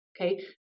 okay